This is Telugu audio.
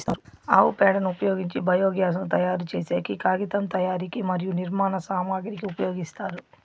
ఆవు పేడను ఉపయోగించి బయోగ్యాస్ ను తయారు చేసేకి, కాగితం తయారీకి మరియు నిర్మాణ సామాగ్రి కి ఉపయోగిస్తారు